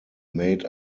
made